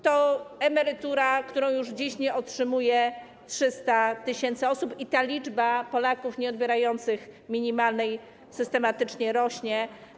To emerytura, której już dziś nie otrzymuje 300 tys. osób, i ta liczba Polaków nieodbierających minimalnej emerytury systematycznie rośnie.